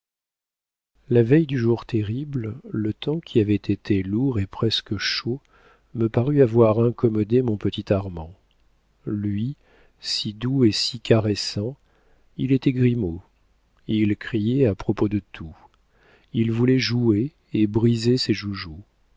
la veille du jour terrible le temps qui avait été lourd et presque chaud me parut avoir incommodé mon petit armand lui si doux et si caressant il était grimaud il criait à propos de tout il voulait jouer et brisait ses joujoux